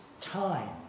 time